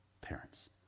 parents